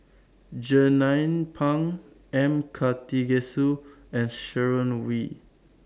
Jernnine Pang M Karthigesu and Sharon Wee